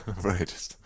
right